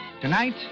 Tonight